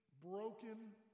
broken